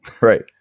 Right